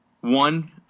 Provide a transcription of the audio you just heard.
one